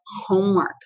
homework